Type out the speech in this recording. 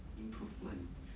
improvement